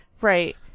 Right